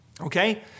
Okay